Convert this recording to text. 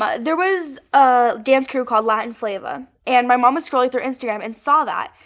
but there was a dance crew called latin flava, and my mom was going through instagram and saw that.